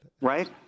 right